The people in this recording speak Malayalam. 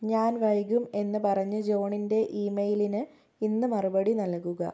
ഞാൻ വൈകും എന്ന് പറഞ്ഞ് ജോണിന്റെ ഇമെയിലിന് ഇന്ന് മറുപടി നൽകുക